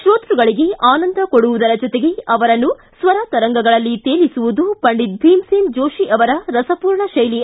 ಶ್ರೋತ್ಯಗಳಿಗೆ ಆನಂದ ಕೊಡುವುದರ ಜೊತೆಗೆ ಅವರನ್ನು ಸ್ವರತರಂಗಗಳಲ್ಲಿ ತೇಲಿಸುವುದು ಪಂಡಿತ್ ಭೀಮ್ಸೇನ್ ಜೋಶಿ ಅವರ ರಸಪೂರ್ಣ ಶೈಲಿ